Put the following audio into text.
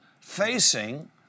facing